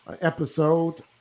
episode